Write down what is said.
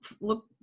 look